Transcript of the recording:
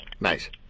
Nice